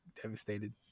devastated